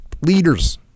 leaders